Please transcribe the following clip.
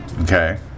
Okay